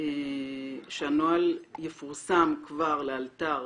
שהנוהל יפורסם כבר, לאלתר,